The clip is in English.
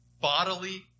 bodily